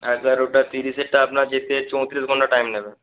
এগারোটা ত্রিশেরটা আপনার যেতে চৌত্রিশ ঘণ্টা টাইম নেবে